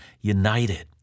united